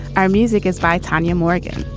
our music is by tanya morgan.